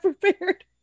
prepared